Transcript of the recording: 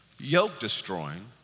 yoke-destroying